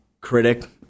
critic